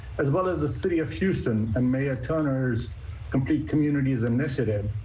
as well as the city of houston and mayor turner's complete communities initiative.